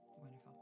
wonderful